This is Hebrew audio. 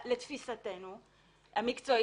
לתפיסתנו המקצועית,